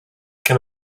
can